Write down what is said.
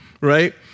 right